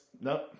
Nope